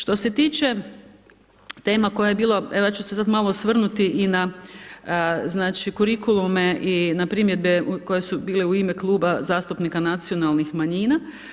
Što se tiče tema koja je bila, evo ja ću se sad malo osvrnuti i na znači kurikulume i na primjedbe koje su bile u ime Kluba zastupnika nacionalnih manjina.